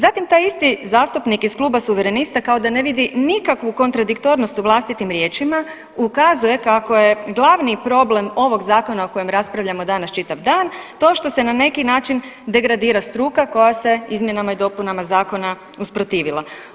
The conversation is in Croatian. Zatim taj isti zastupnik iz kluba Suverenista kao da ne vidi nikakvu kontradiktornost u vlastitim riječima ukazuje kako je glavni problem ovog zakona o kojem raspravljamo danas čitav dan to što se na neki način degradira struka koja se izmjenama i dopunama Zakona usprotivila.